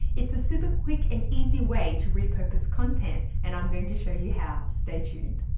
it's a super quick and easy way to repurpose content, and i'm going to show you how. stay tuned.